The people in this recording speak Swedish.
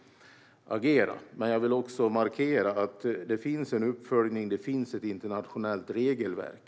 Men jag vill markera att det finns en uppföljning. Det finns ett internationellt regelverk.